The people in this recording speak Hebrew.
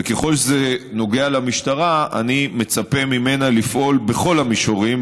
וככל שזה נוגע למשטרה אני מצפה ממנה לפעול בכל המישורים,